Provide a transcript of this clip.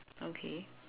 okay